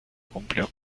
cumplió